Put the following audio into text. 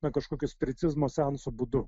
na kažkokio spiritizmo seanso būdu